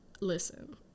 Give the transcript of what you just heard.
listen